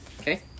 Okay